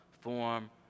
form